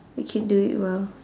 we can do it well